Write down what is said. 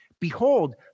Behold